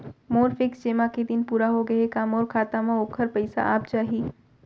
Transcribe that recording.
मोर fix जेमा के दिन पूरा होगे हे का मोर खाता म वोखर पइसा आप जाही?